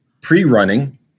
pre-running